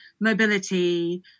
mobility